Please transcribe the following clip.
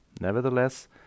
Nevertheless